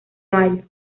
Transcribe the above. mayo